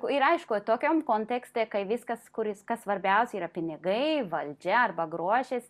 ir aišku tokiam kontekste kai viskas kuris kas svarbiausia yra pinigai valdžia arba grožis